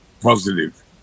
positive